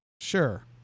Sure